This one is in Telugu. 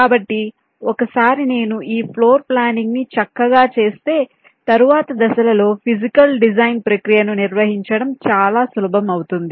కాబట్టి ఒకసారి నేను ఈ ప్లానింగ్ ని చక్కగా చేస్తే తరువాతి దశలలో ఫీజికల్ డిజైన్ ప్రక్రియను నిర్వహించడం చాలా సులభం అవుతుంది